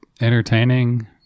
entertaining